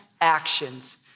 actions